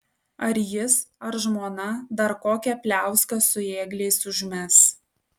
ar jis ar žmona dar kokią pliauską su ėgliais užmes